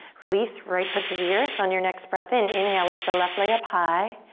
release right foot to the earth. on your next breath in, inhale, lift the left leg up high.